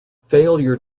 failure